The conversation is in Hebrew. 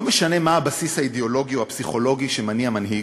לא משנה מה הבסיס האידיאולוגי או הפסיכולוגי שמניע מנהיג,